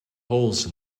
holes